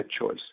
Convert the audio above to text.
choice